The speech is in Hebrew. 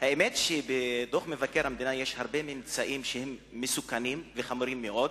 האמת היא שבדוח מבקר המדינה יש הרבה ממצאים שהם מסוכנים וחמורים מאוד,